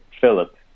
Philip